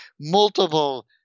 multiple